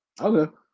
Okay